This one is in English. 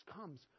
comes